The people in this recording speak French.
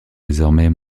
désormais